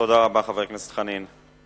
תודה רבה, חבר הכנסת חנין.